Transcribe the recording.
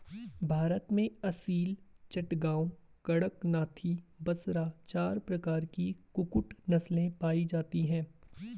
भारत में असील, चटगांव, कड़कनाथी, बसरा चार प्रकार की कुक्कुट नस्लें पाई जाती हैं